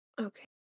Okay